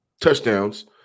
touchdowns